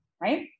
right